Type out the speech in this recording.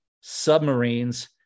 submarines